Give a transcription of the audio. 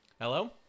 Hello